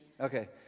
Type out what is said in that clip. Okay